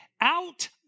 out